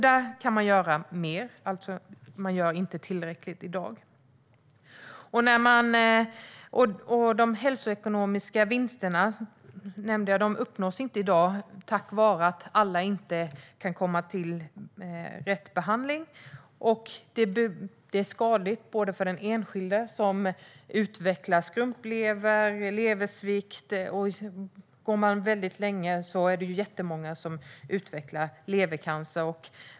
Där gör man alltså inte tillräckligt i dag. De hälsoekonomiska vinsterna som jag nämnde uppnås inte i dag på grund av att alla inte kan komma till rätt behandling. Det är skadligt för den enskilde som utvecklar till exempel skrumplever eller leversvikt. De som går med sjukdomen väldigt länge utvecklar ofta levercancer.